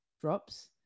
drops